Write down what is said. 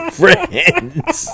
friends